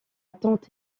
tante